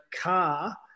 car